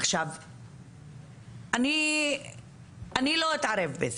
עכשיו אני לא אתערב בזה,